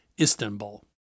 Istanbul